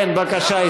כן, בבקשה.